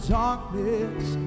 darkness